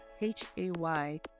H-A-Y